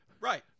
Right